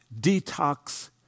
detox